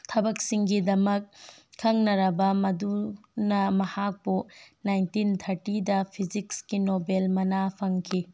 ꯊꯕꯛꯁꯤꯡꯒꯤꯗꯃꯛ ꯈꯪꯅꯔꯕ ꯃꯗꯨꯅ ꯃꯍꯥꯛꯄꯨ ꯅꯥꯏꯟꯇꯤꯟ ꯊꯥꯔꯇꯤꯗ ꯐꯤꯖꯤꯛꯁ ꯀꯤ ꯅꯣꯕꯦꯜ ꯃꯅꯥ ꯐꯪꯈꯤ